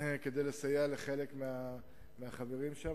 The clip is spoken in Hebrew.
כדי לסייע לחלק מהחברים שם.